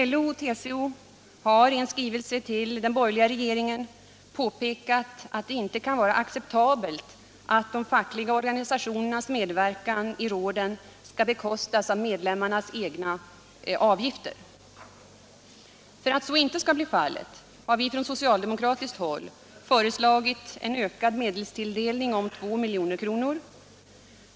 LO och TCO har i en skrivelse till den borgerliga regeringen påpekat att det inte kan vara acceptabelt att de fackliga organisationernas medverkan i råden skall bekostas genom medlemmarnas avgifter. För att så inte skall bli fallet har vi från socialdemokratiskt håll föreslagit en ökad medelstilldelning om 2 milj.kr.